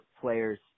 players –